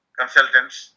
consultants